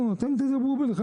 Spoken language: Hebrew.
לא אתם תדברו ביניכם,